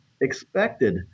expected